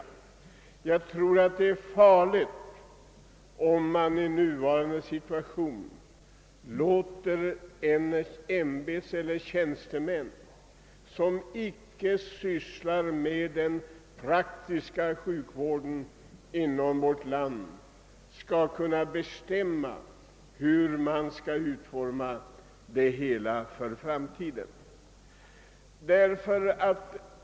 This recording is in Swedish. Jag tror det är farligt i nuvarande situation att låta ämbetseller tjänstemän, som icke sysslar med den praktiska sjukvården i vårt land, bestämma den framtida utformningen.